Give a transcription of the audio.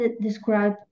describe